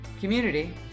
community